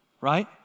Right